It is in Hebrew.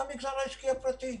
מהמגזר העסקי הפרטי.